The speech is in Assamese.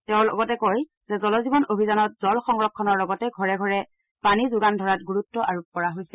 তেওঁ কয় যে জল জীৱন অভিযানত জল সংৰক্ষণৰ লগতে ঘৰে ঘৰে পানী যোগান ধৰাত গুৰুত্ব আৰোপ কৰা হৈছে